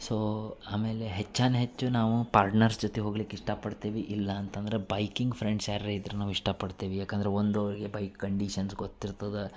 so ಆಮೇಲೆ ಹೆಚ್ಚಾನು ಹೆಚ್ಚು ನಾವು ಪಾರ್ಟ್ನರ್ಸ್ ಜೊತೆ ಹೋಗ್ಲಿಕ್ಕೆ ಇಷ್ಟಪಡ್ತೇವಿ ಇಲ್ಲ ಅಂತಂದ್ರ ಬೈಕಿಂಗ್ ಫ್ರೆಂಡ್ಸ್ ಯಾರ್ರ ಇದ್ರ ನಾವು ಇಷ್ಟಪಡ್ತೆವಿ ಯಾಕಂದ್ರ ಒಂದು ಅವರಿಗೆ ಬೈಕ್ ಕಂಡೀಶನ್ಸ್ ಗೊತ್ತಿರ್ತದೆ